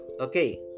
Okay